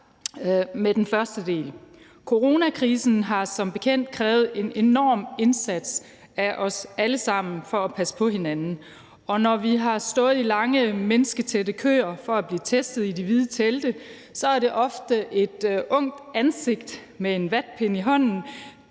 med den første del. Coronakrisen har som bekendt krævet en enorm indsats af os alle sammen for at passe på hinanden, og når vi har stået i lange mennesketætte køer for at blive testet i de hvide telte, er det ofte et ungt ansigt med en vatpind i hånden,